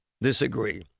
disagree